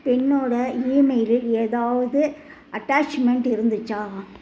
பென்னோட ஈமெயிலில் ஏதாவது அட்டாச்மெண்ட் இருந்துச்சா